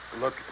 Look